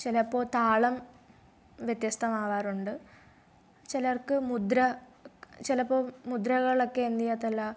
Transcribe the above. ചിലപ്പോൾ താളം വ്യത്യസ്തമാകാറുണ്ട് ചിലർക്ക് മുദ്ര ചിലപ്പോൾ മുദ്രകളൊക്കെ എന്തു ചെയ്യാത്തതല്ല